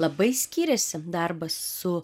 labai skyrėsi darbas su